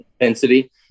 intensity